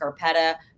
Scarpetta